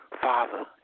Father